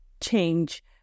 change